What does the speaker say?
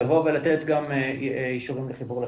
לבוא ולתת גם אישורים לחיבור לחשמל.